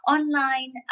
Online